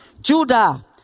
Judah